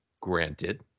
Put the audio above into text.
granted